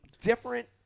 different